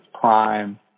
prime